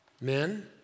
men